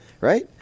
right